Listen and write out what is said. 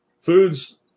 Foods